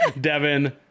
Devin